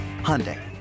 Hyundai